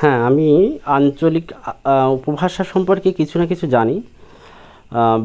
হ্যাঁ আমি আঞ্চলিক উপভাষা সম্পর্কে কিছু না কিছু জানি